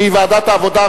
שהיא ועדת העבודה,